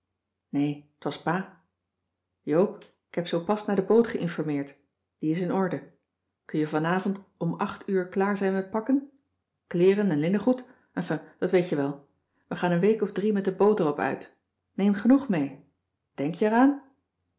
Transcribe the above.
nee t was pa joop k heb zoo pas naar de boot geïnformeerd die is in orde kun je vanavond om acht uur klaar zijn met pakken kleeren en linnengoed enfin dat weet jij wel we gaan een week of drie met de boot er op uit neem genoeg mee denk je eraan